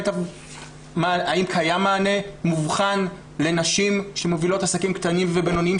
האם קיים מענה מובחן לנשים שמובילות עסקים קטנים ובינוניים,